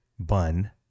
bun